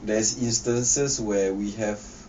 there's instances where we have